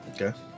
Okay